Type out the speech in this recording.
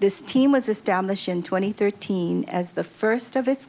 this team was established in two thousand and thirteen as the first of its